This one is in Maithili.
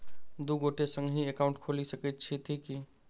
दु गोटे संगहि एकाउन्ट खोलि सकैत छथि की?